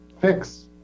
fix